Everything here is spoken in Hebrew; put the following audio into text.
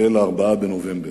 ליל 4 בנובמבר,